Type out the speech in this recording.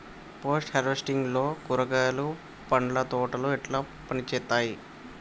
Post harvesting లో కూరగాయలు పండ్ల తోటలు ఎట్లా పనిచేత్తనయ్?